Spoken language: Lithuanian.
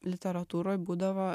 literatūroj būdavo